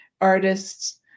artists